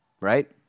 right